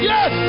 Yes